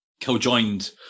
co-joined